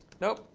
nope.